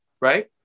Right